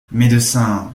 médecin